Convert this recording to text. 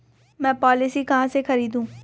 मैं पॉलिसी कहाँ से खरीदूं?